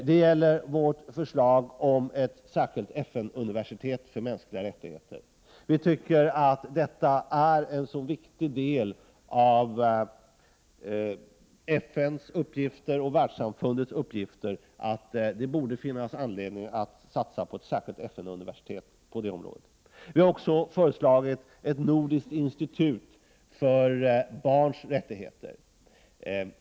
Det gäller vårt förslag om ett särskilt FN-universitet för mänskliga rättigheter. Vi tycker att detta är en så viktig del av FN:s och världssamfundets uppgifter att det borde finnas anledning att satsa på ett särskilt FN-universitet på det här området. Vidare har vi föreslagit ett nordiskt institut för barnens rättigheter.